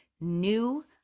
new